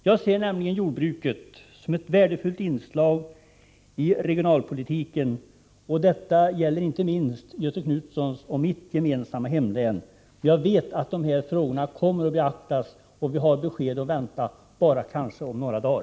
Jag ser nämligen jordbruket som ett värdefullt inslag i regionalpolitiken, och det gäller inte minst Göthe Knutsons och mitt gemensamma hemlän. Jag vet att dessa frågor kommer att beaktas och att vi har besked att vänta om kanske bara några dagar.